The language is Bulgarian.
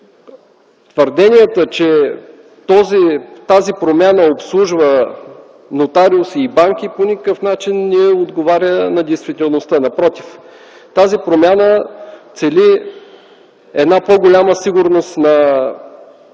Твърденията, че тази промяна обслужва нотариуси и банки по никакъв начин не отговаря на действителността. Напротив, тази промяна цели една по-голяма сигурност на